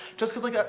just cause like,